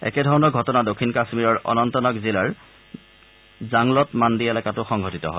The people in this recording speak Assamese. একেধৰণৰ ঘটনা দক্ষিণ কাশ্মীৰৰ অনন্তনাগ জিলাৰ জাংলট মাণ্ডি এলেকাতো সংঘটিত হয়